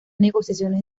negociaciones